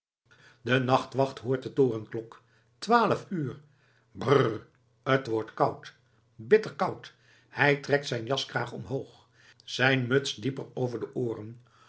de nachtwacht hoort de torenklok twaalf uur brrr t wordt koud bitter koud hij trekt zijn jaskraag omhoog zijn muts dieper over de ooren